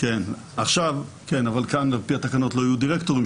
אבל כאן על פי התקנות לא יהיו דירקטורים,